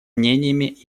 мнениями